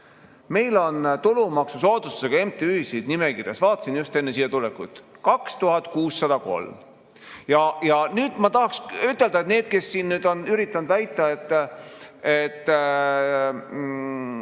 Meil on tulumaksusoodustusega MTÜ-sid nimekirjas – vaatasin just enne siia tulekut järele – 2603. Nüüd ma tahaksin ütelda, et need, kes siin on üritanud väita, et